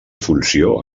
funció